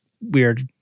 weird